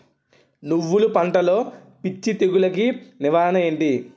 నువ్వులు పంటలో పిచ్చి తెగులకి నివారణ ఏంటి?